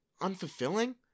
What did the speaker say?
Unfulfilling